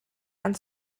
and